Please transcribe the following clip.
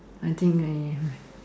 I think I